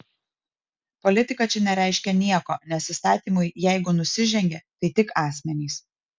politika čia nereiškia nieko nes įstatymui jeigu nusižengė tai tik asmenys